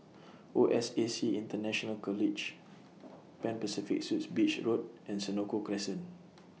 O S A C International College Pan Pacific Suites Beach Road and Senoko Crescent